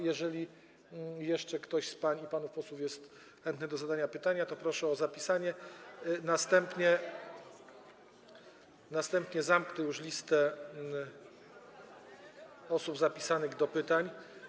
Jeżeli jeszcze ktoś z pań i panów posłów jest chętny do zadania pytania, to proszę o zapisanie się, następnie zamknę już listę posłów zapisanych do pytań.